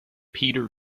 peter